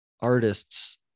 artists